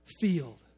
field